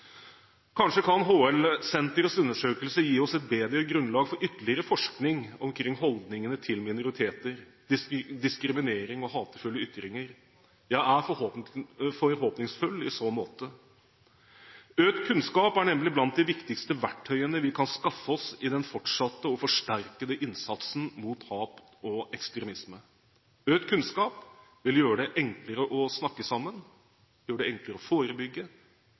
Kanskje kan HL-senterets undersøkelse gi oss et bedre grunnlag for ytterligere forskning omkring holdningene til minoriteter, diskriminering og hatefulle ytringer. Jeg er forhåpningsfull i så måte. Økt kunnskap er nemlig blant de viktigste verktøyene vi kan skaffe oss i den fortsatte og forsterkede innsatsen mot hat og ekstremisme. Økt kunnskap vil gjøre det enklere å snakke sammen, gjøre det enklere å forebygge,